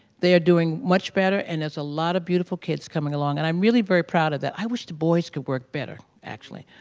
they are doing much better and there's a lot of beautiful kids coming along and i'm really very proud of that. i wish the boys could work better, actually,